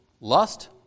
Lust